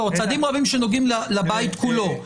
לא, צעדים רבים שנוגעים לבית כולו.